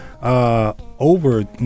Over